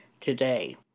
today